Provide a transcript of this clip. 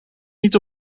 niet